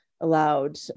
allowed